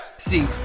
See